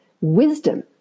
wisdom